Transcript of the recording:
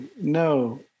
No